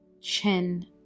Chin